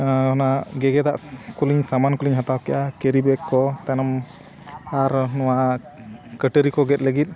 ᱚᱱᱟ ᱜᱮᱜᱮᱫᱟᱜ ᱠᱚᱞᱤᱧ ᱥᱟᱢᱟᱱ ᱠᱚᱞᱤᱧ ᱦᱟᱛᱟᱣ ᱠᱮᱜᱼᱟ ᱠᱮᱨᱤ ᱵᱮᱜᱽ ᱠᱚ ᱛᱟᱭᱱᱚᱢ ᱟᱨ ᱱᱚᱣᱟ ᱠᱟᱹᱴᱟᱹᱨᱤ ᱠᱚ ᱜᱮᱫ ᱞᱟᱹᱜᱤᱫ